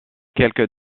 quelques